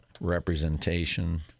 representation